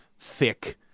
Thick